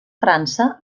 frança